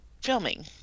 filming